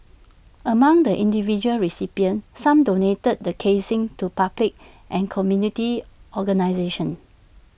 among the individual recipients some donated the casings to public and community organisations